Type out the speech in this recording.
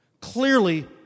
clearly